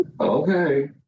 Okay